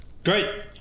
Great